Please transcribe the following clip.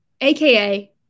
AKA